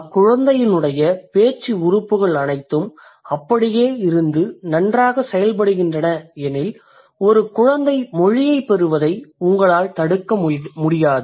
அக்குழந்தையினுடைய பேச்சு உறுப்புகள் அனைத்தும் அப்படியே இருந்து நன்றாகச் செயல்படுகின்றன எனில் ஒரு குழந்தை மொழியைப் பெறுவதை உங்களால் தடுக்க முடியாது